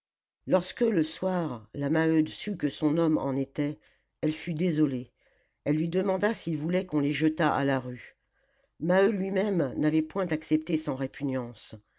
lorsque le soir la maheude sut que son homme en était elle fut désolée elle lui demanda s'il voulait qu'on les jetât à la rue maheu lui-même n'avait point accepté sans répugnance